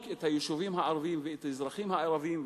את היישובים הערביים ואת האזרחים הערבים,